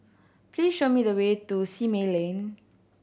please show me the way to Simei Lane